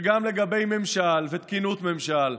וגם לגבי ממשל ותקינות ממשל,